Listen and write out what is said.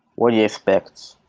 what do you expect?